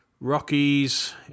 Rockies